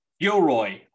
Gilroy